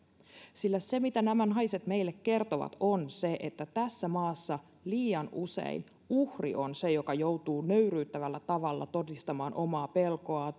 sillä se mitä nämä naiset meille kertovat on se että tässä maassa liian usein uhri on se joka joutuu nöyryyttävällä tavalla todistamaan omaa pelkoaan